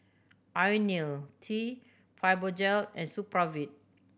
Ionil T Fibogel and Supravit